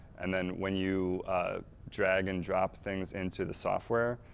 and then when you drag and drop things into the software,